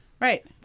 Right